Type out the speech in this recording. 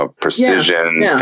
precision